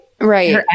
right